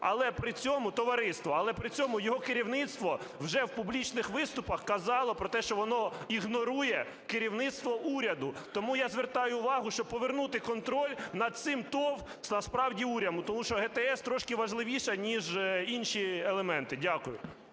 але при цьому, товариство, але при цьому його керівництво вже в публічних виступах казало про те, що воно ігнорує керівництво уряду. Тому я звертаю увагу, щоб повернути контроль над цим ТОВ насправді уряду. Тому що ГТС трошки важливіше ніж інші елементи. Дякую.